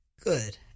Good